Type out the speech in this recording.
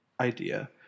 idea